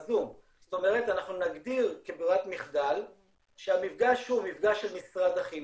זאת אומר נגדיר כברירת מחדל שהמפגש הוא מפגש של משרד החינוך,